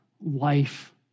life